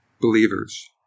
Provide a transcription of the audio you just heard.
believers